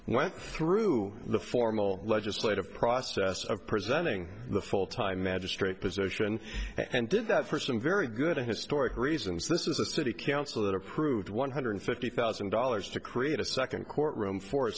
went through the formal legislative process of presenting the full time magistrate position and did that for some very good a historic reasons this is a city council that approved one hundred fifty thousand dollars to create a second court room for a